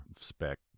spec